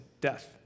death